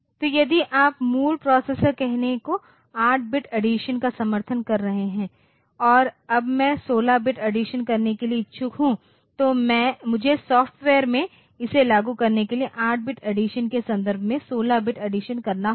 तो यदि आप मूल प्रोसेसर कहने को 8 बिट अड्डीसन का समर्थन कर रहे हैं और अब मैं 16 बिट अड्डीसन करने के लिए इच्छुक हूं तो मुझे सॉफ्टवेयर में इसे लागू करने के लिए 8 बिट अड्डीसन के संदर्भ में 16 बिट अड्डीसन करना होगा